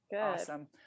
Awesome